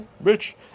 Rich